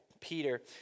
Peter